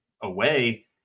away